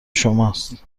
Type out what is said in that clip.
شماست